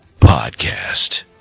podcast